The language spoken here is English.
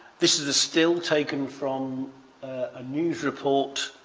this is a still taken from a news report